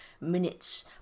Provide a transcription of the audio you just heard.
minutes